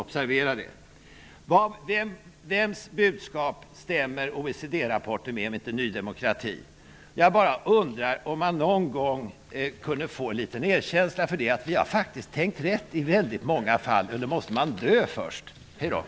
Observera detta! Vems budskap stämmer OECD-rapporten med om inte Ny demokratis? Jag bara undrar om vi någon gång kunde få litet erkänsla. Vi har ju faktiskt tänkt rätt i väldigt många fall. Måste man dö först? Hej då!